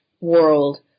world